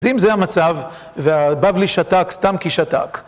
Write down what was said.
אז אם זה המצב והבבלי שתק, סתם כי שתק...